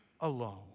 alone